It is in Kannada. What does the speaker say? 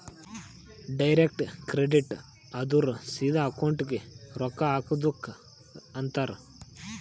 ಡೈರೆಕ್ಟ್ ಕ್ರೆಡಿಟ್ ಅಂದುರ್ ಸಿದಾ ಅಕೌಂಟ್ಗೆ ರೊಕ್ಕಾ ಹಾಕದುಕ್ ಅಂತಾರ್